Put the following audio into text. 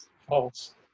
False